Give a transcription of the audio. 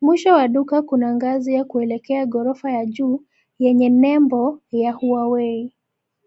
mwisho wa duka kuna ngazi ya kuelekea ghorofa ya juu, yenye nembo ya Huawei.